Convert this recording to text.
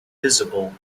visible